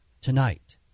Tonight